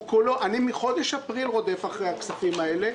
אני מחודש אפריל רודף אחרי הכספים האלה,